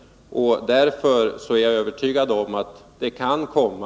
Jag är därför övertygad om att det kan komma